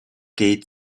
geht